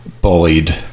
bullied